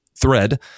thread